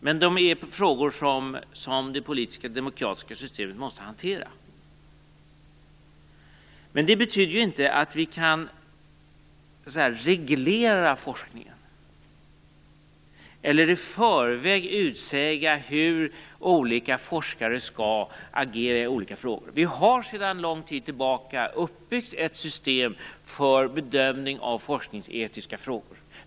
Men de är frågor som det politiska demokratiska systemet måste hantera. Det betyder inte att vi kan reglera forskningen eller i förväg utsäga hur olika forskare skall agera i olika frågor. Vi har sedan lång tid tillbaka byggt upp ett system för bedömning av forskningsetiska frågor.